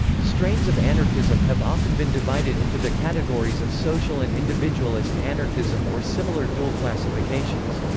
strains of anarchism have often been divided into the categories of social and individualist anarchism or similar dual classifications.